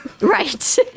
Right